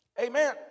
Amen